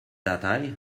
datei